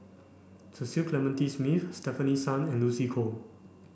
Cecil Clementi Smith Stefanie Sun and Lucy Koh